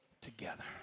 together